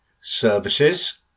services